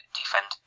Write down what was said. defend